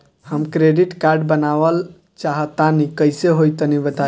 हम credit card बनवावल चाह तनि कइसे होई तनि बताई?